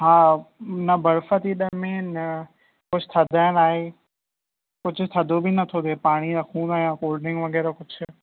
हा न बर्फ थी ॼमे न कुझु थधाइण आहे कुझु थधो बि नथो थिए पाणी रखूं या कोल्ड ड्रिंक वग़ैरह कुझु